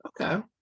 Okay